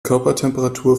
körpertemperatur